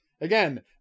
Again